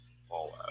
fallout